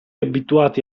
abituati